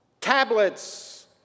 tablets